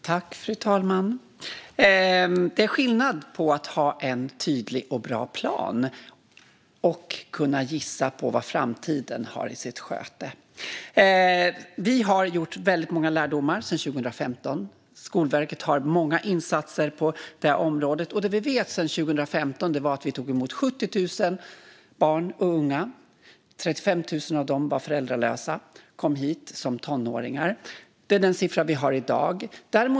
Fru talman! Det är skillnad på att ha en tydlig och bra plan och att kunna gissa vad framtiden har i sitt sköte. Vi har dragit väldigt många lärdomar sedan 2015. Skolverket har många insatser på det här området. Det vi vet sedan 2015 är att vi tog emot 70 000 barn och unga. 35 000 av dem var föräldralösa och kom hit som tonåringar. Det är de siffror vi har i dag.